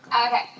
Okay